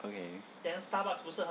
okay